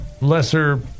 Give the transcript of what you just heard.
lesser